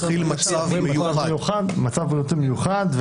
מתחיל מצב בריאותי מיוחד,